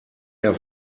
der